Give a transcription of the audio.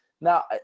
Now